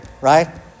right